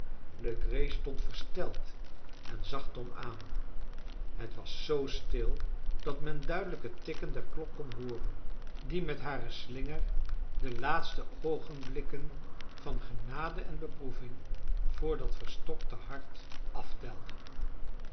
legree stond versteld en zag tom aan het was zoo stil dat men duidelijk het tikken der klok kon hooren die met haren slinger de laatste oogenblikken van genade en beproeving voor dat verstokte hart aftelde